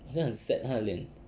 好像很 sad 他的脸